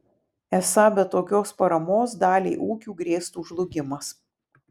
esą be tokios paramos daliai ūkių grėstų žlugimas